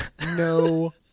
No